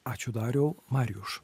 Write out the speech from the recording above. ačiū dariau mariuš